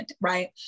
Right